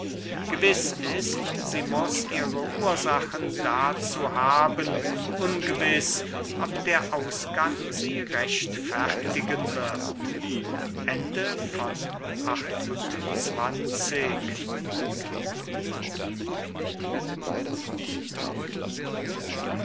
gewiß ist sie muß ihre ursachen dazu haben ungewiß ob der ausgang sie rechtfertigen wird